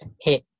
hit